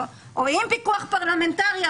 או עם פיקוח פרלמנטרי,